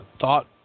thought